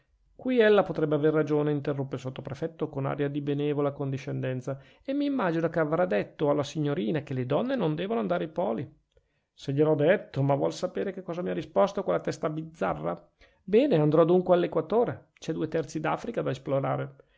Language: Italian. qui ella potrebbe aver ragione interruppe il sottoprefetto con aria di benevola condiscendenza e m'immagino che avrà detto alla signorina che le donne non debbono andare ai poli se gliel ho detto ma vuol sapere che cosa mi ha risposto quella testa bizzarra bene andrò dunque all'equatore c'è due terzi d'africa da esplorare